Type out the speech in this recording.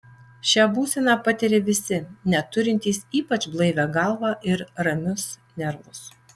šią būseną patiria visi net turintys ypač blaivią galvą ir ramius nervus